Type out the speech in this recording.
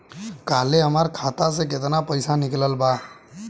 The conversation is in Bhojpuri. काल्हे हमार खाता से केतना पैसा निकलल बा?